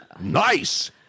nice